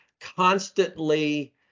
constantly